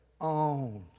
own